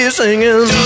singing